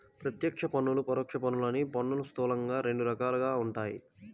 ప్రత్యక్ష పన్నులు, పరోక్ష పన్నులు అని పన్నులు స్థూలంగా రెండు రకాలుగా ఉంటాయి